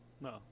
no